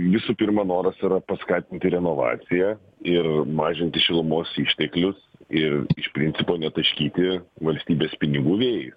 jūsų pirma noras yra paskatinti renovaciją ir mažinti šilumos išteklius ir iš principo netaškyti valstybės pinigų vėjais